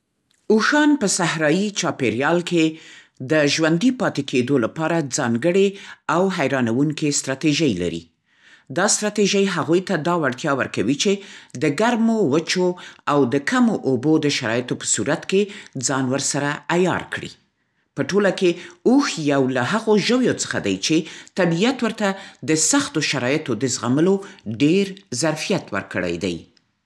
اوښان په صحرایي چاپېریال کې د ژوندي پاتې کېدو لپاره ځانګړې او حیرانوونکې ستراتیژۍ لري. دا ستراتیژۍ هغوی ته دا وړتیا ورکوي چې د ګرمو، وچو او د کمو اوبو د شرایطو په صورت کې ځان ورسره عیار کړي. په ټوله کې، اوښ یو له هغو ژویو څخه دی چې طبیعت ورته د سختو شرایطو د زغملو ډېر ظرفیت ورکړی دی.